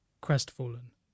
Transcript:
crestfallen